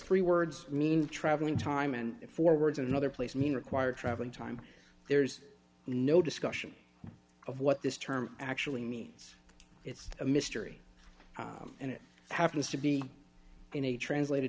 three words mean travelling time and forwards in another place mean require travelling time there's no discussion of what this term actually means it's a mystery and it happens to be in a translat